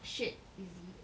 shirt is it